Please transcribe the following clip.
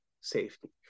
safety